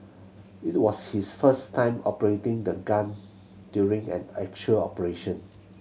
it was his first time operating the gun during an actual operation